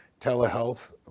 telehealth